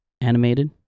animated